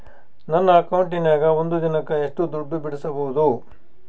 ನನ್ನ ಅಕೌಂಟಿನ್ಯಾಗ ಒಂದು ದಿನಕ್ಕ ಎಷ್ಟು ದುಡ್ಡು ಬಿಡಿಸಬಹುದು?